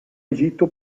egitto